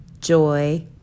joy